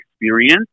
experience